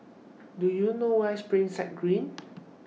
Do YOU know Where IS Springside Green